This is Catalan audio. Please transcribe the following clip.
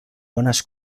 bones